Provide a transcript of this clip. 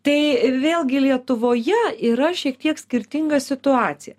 tai vėlgi lietuvoje yra šiek tiek skirtinga situacija